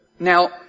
Now